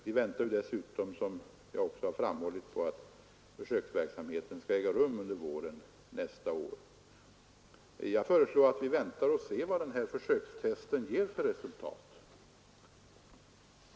Vi väntar dessutom, som jag också har framhållit, på att försöksverksamheten skall äga rum under nästa vår. Jag förslår att vi väntar och ser vad testen ger för resultat.